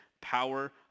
power